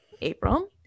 April